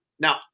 now